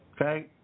Okay